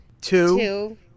two